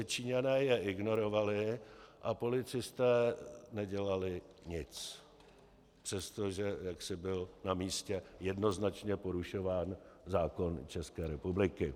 Číňané je ignorovali a policisté nedělali nic, přestože jaksi byl na místě jednoznačně porušován zákon České republiky.